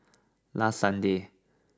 last sunday